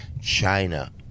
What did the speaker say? china